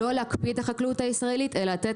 לא להקפיא את החקלאות הישראלית אלא לתת